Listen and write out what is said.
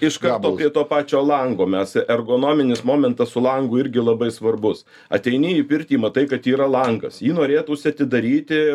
iš karto prie to pačio lango mes į ergonominis momentas su langu irgi labai svarbus ateini į pirtį matai kad yra langas jį norėtųsi atidaryti